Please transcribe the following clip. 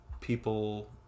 people